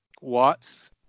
watts